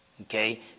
Okay